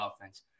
offense